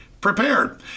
prepared